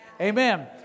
Amen